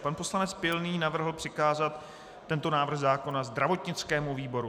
Pan poslanec Pilný navrhl přikázat tento návrh zákona zdravotnickému výboru.